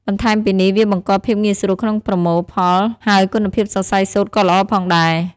បន្ថែមពីនេះវាបង្កភាពងាយស្រួលក្នុងប្រមូលផល ហើយគុណភាពសរសៃសូត្រក៏ល្អផងដែរ។